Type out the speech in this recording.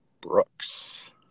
Brooks